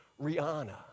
Rihanna